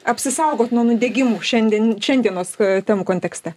apsisaugot nuo nudegimų šiandien šiandienos temų kontekste